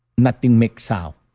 nothing makes sound